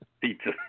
Pizza